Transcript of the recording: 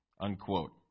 unquote